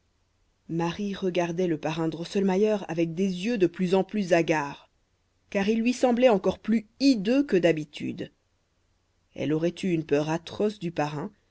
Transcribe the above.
marie regardait le parrain drosselmayer avec des yeux de plus en plus hagards car il lui semblait encore plus hideux que d'habitude elle aurait eu une peur atroce du parrain